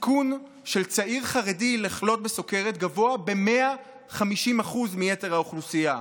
הסיכון של צעיר חרדי לחלות בסוכרת גבוה ב-150% מיתר האוכלוסייה.